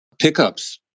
Pickups